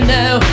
now